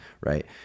right